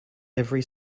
every